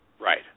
Right